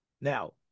Now